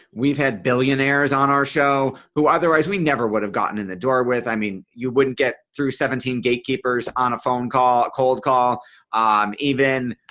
we've had billionaires on our show who otherwise we never would have gotten in the door with. i mean you wouldn't get through seventeen gatekeepers on a phone call. cold call even,